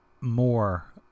more